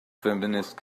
feminist